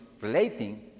relating